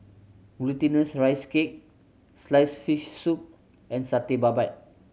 Glutinous Rice Cake sliced fish soup and Satay Babat